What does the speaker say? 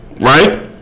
right